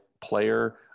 player